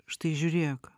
štai žiūrėk